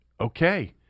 okay